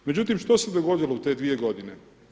Međutim, što se dogodilo u te dvije godine?